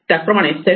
त्याचप्रमाणे सेल्फ